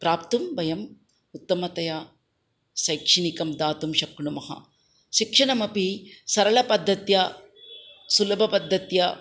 प्राप्तुं वयम् उत्तमतया शैक्षणिकं दातुं शक्नुमः शिक्षणमपि सरलपद्धत्या सुलभपद्धत्या